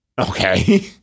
Okay